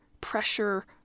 pressure